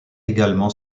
également